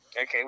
Okay